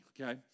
Okay